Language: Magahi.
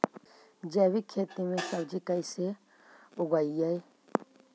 जैविक खेती में सब्जी कैसे उगइअई?